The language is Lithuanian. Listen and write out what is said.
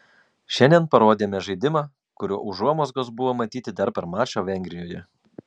šiandien parodėme žaidimą kurio užuomazgos buvo matyti dar per mačą vengrijoje